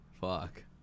Fuck